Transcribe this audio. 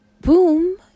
boom